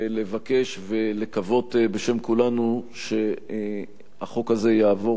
ולבקש ולקוות בשם כולנו שהחוק הזה יעבור